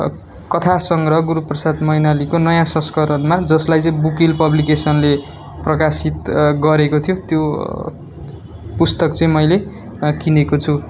कथा सङग्रह गुरूप्रसाद मैनालीको नयाँ संस्करणमा जसलाई चाहिँ बुक हिल पब्लिकेसनले प्रकाशित गरेको थियो त्यो पुस्तक चाहिँ मैले किनेको छु